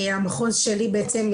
המחוז שלי בעצם,